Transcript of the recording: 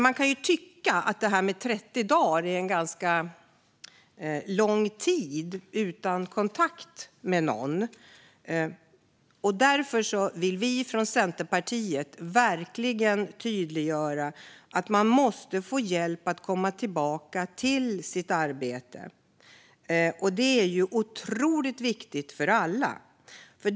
Man kan tycka att 30 dagar är en ganska lång tid utan någon kontakt. Därför vill vi från Centerpartiet verkligen tydliggöra att man måste få hjälp att komma tillbaka till sitt arbete. Det är otroligt viktigt för alla.